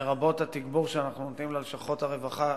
לרבות התגבור שאנחנו נותנים ללשכות הרווחה,